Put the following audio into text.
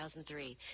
2003